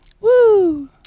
Woo